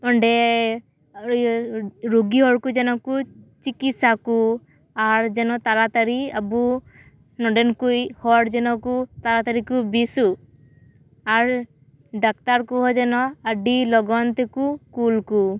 ᱚᱸᱰᱮ ᱨᱩᱜᱤ ᱦᱚᱲ ᱠᱚ ᱡᱮᱱᱚ ᱠᱚ ᱪᱤᱠᱤᱥᱟ ᱠᱩ ᱟᱨ ᱡᱮᱱᱚ ᱛᱟᱲᱟᱛᱟᱹᱲᱤ ᱟᱹᱵᱩ ᱱᱚᱰᱮᱱ ᱠᱩᱪ ᱦᱚᱲ ᱡᱮᱱᱚ ᱠᱚ ᱛᱟᱲᱟ ᱛᱟᱹᱲᱤ ᱠᱚ ᱵᱤᱥᱩᱜ ᱟᱨ ᱰᱟᱠᱛᱟᱨ ᱠᱚᱦᱚᱸ ᱡᱮᱱᱚ ᱟᱹᱰᱤ ᱞᱚᱜᱚᱱ ᱛᱤᱠᱩ ᱠᱩᱞᱠᱩ